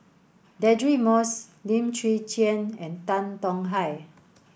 Deirdre Moss Lim Chwee Chian and Tan Tong Hye